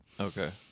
Okay